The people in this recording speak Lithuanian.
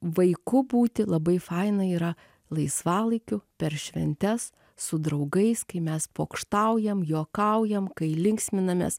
vaiku būti labai faina yra laisvalaikiu per šventes su draugais kai mes pokštaujam juokaujam kai linksminamės